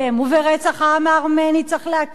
וברצח העם הארמני צריך להכיר,